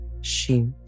shoot